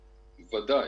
ודאי.